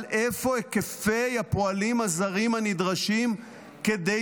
אבל איפה היקפי הפועלים הזרים הנדרשים כדי